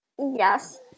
Yes